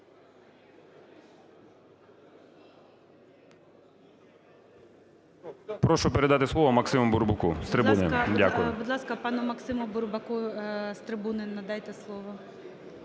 Прошу передати слово МаксимуБурбаку з трибуни. Дякую. ГОЛОВУЮЧИЙ. Будь ласка, пану МаксимуБурбаку з трибуни надайте слово.